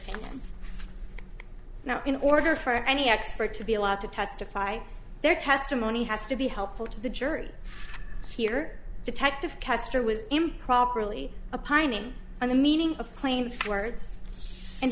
now in order for any expert to be allowed to testify their testimony has to be helpful to the jury here detective caster was improperly a pining on the meaning of plain words and